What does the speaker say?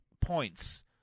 points